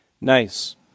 nice